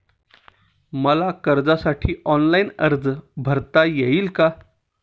मला कर्जासाठी ऑनलाइन अर्ज भरता येईल का?